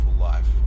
life